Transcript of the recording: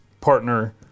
partner